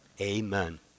Amen